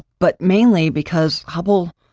but mainly, because hubble,